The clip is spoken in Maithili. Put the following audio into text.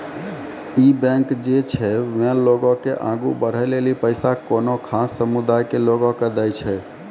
इ बैंक जे छै वें लोगो के आगु बढ़ै लेली पैसा कोनो खास समुदाय के लोगो के दै छै